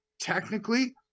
Technically